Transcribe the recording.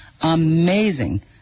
amazing